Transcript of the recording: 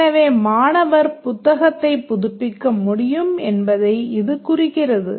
எனவே மாணவர் புத்தகத்தை புதுப்பிக்க முடியும் என்பதை இது குறிக்கிறது